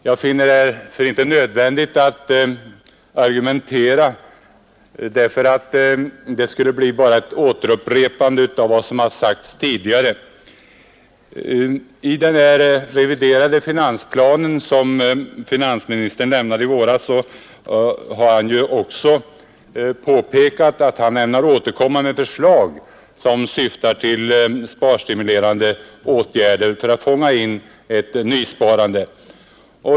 Jag finner det därför onödigt att argumentera nu; det skulle bara bli en upprepning av vad som sagts tidigare. I den reviderade finansplan som finansministern presenterade i våras framhöll han att han ämnade återkomma med förslag till sparstimuleran Ett värdesäkert de åtgärder, som syftar till att stimulera och fånga in ett nysparande.